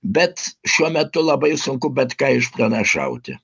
bet šiuo metu labai sunku bet ką išpranašauti